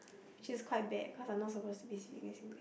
which is quite bad because I'm not suppose to be speaking Singlish